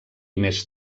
més